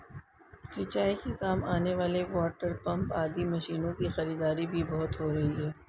सिंचाई के काम आने वाले वाटरपम्प आदि मशीनों की खरीदारी भी बहुत हो रही है